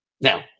Now